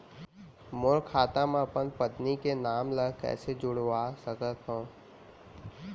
मोर खाता म अपन पत्नी के नाम ल कैसे जुड़वा सकत हो?